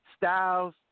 Styles